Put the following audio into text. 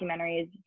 documentaries